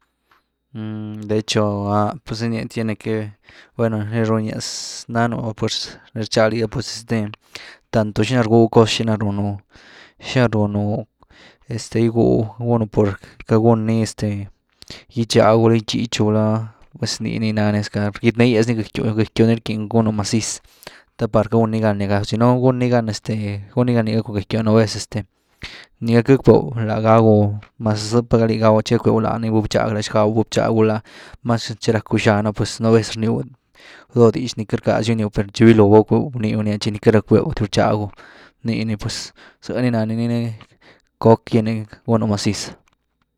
de echo, ¡ah!, tiene que ver bueno, ni runias nanu pues ni rchag liga pues este tanto xina gwyw cos, tanto xina runu, xina runu este gygwyw, gunu por queity guun ni este gitchagu gulá gitchichu gulá pues nii ni nani, esque rgyt ne’gyas ni gëckyw, gëckyw ni rckin gunu maziz te par queity gun ni gan liga, si no guni gan este, gun ni gan cun gëckyw’a nú vez este ni queity gack bew lighagu mas z-zë pa ga lighagu tchi gackbew laani va bchag la xcabu ba bchag, gulá mas ru tchi racku xan’a pues nú vez rnyw doh dix ni queity rckaz-dyw giniw, per tchi biloo va guckbew valí bnyw ni, tchi ni queity rack beu dyw rchagu nii ni pues zh ni nany, ni coc gy’ni gunu maziz.